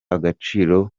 agaciro